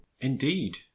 Indeed